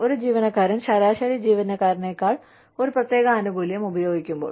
ഒരു ജീവനക്കാരൻ ശരാശരി ജീവനക്കാരനെക്കാൾ ഒരു പ്രത്യേക ആനുകൂല്യം ഉപയോഗിക്കുമ്പോൾ